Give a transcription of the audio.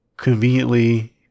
conveniently